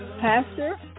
Pastor